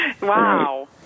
Wow